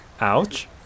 ouch